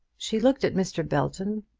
she looked at mr. belton,